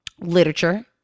literature